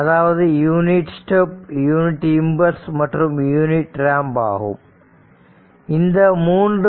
அதாவது unit step unit impulse மற்றும் unit ramp function unit step unit impulse and unit ramp ஆகும்